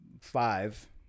five